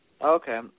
Okay